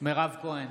מירב כהן,